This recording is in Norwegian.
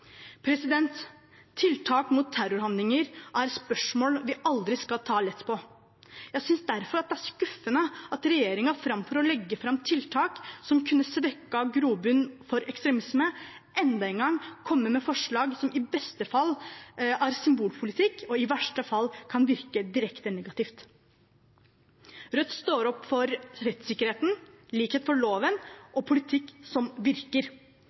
Tiltak mot terrorhandlinger er spørsmål vi aldri skal ta lett på. Jeg synes derfor det er skuffende at regjeringen framfor å legge fram tiltak som kunne svekket grobunnen for ekstremisme, enda en gang kommer med forslag som i beste fall er symbolpolitikk, og i verste fall kan virke direkte negativt. Rødt står opp for rettssikkerheten, likhet for loven og politikk som virker.